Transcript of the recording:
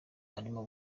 arimo